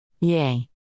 Yay